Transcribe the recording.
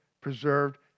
preserved